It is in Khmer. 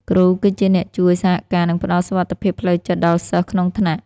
គ្រូគឺជាអ្នកជួយសហការនិងផ្តល់សុវត្ថិភាពផ្លូវចិត្តដល់សិស្សក្នុងថ្នាក់។